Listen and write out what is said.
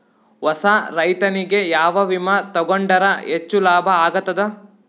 ಹೊಸಾ ರೈತನಿಗೆ ಯಾವ ವಿಮಾ ತೊಗೊಂಡರ ಹೆಚ್ಚು ಲಾಭ ಆಗತದ?